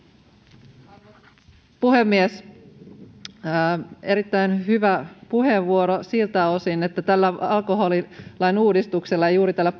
arvoisa puhemies erittäin hyvä puheenvuoro siltä osin että tällä alkoholilain uudistuksella ja juuri tällä